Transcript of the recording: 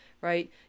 right